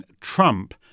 Trump